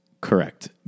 Correct